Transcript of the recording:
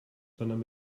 sondern